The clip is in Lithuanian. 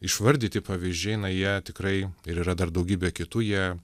išvardyti pavyzdžiai na jie tikrai ir yra dar daugybė kitų jie